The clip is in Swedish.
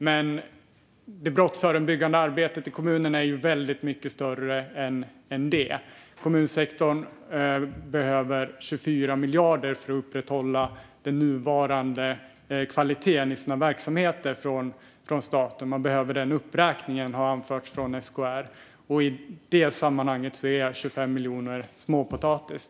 Men det brottsförebyggande arbetet i kommunerna är väldigt mycket större än så. Kommunsektorn behöver 24 miljarder från staten för att upprätthålla den nuvarande kvaliteten i sina verksamheter. De behöver den uppräkningen, har SKR anfört, och i det sammanhanget är 25 miljoner småpotatis.